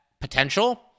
potential